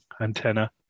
antenna